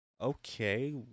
Okay